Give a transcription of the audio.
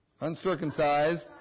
Uncircumcised